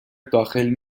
داخل